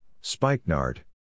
spikenard